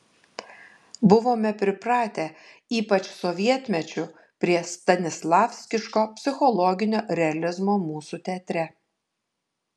buvome pripratę ypač sovietmečiu prie stanislavskiško psichologinio realizmo mūsų teatre